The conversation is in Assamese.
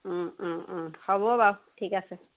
অঁ অঁ অঁ হ'ব বাৰু ঠিক আছে